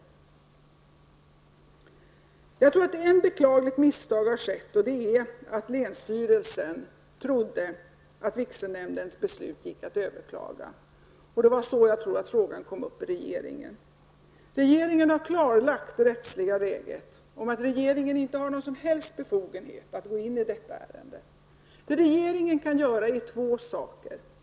Jag tror att ett beklagligt misstag har skett och det är att länsstyrelsen trodde att vigselnämndens beslut gick att överklaga. Det var så jag tror att frågan kom upp i regeringen. Regeringen har klarlagt det rättsliga läget, att regeringen inte har någon som helst befogenhet att gå in i detta ärende. Enligt den lagstiftning som vi har kan regeringen göra två saker.